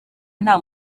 nta